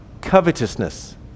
Covetousness